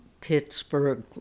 Pittsburgh